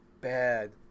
bad